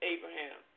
Abraham